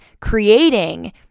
creating